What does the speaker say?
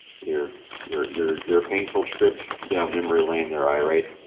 here your your your painful trip down memory lane there i write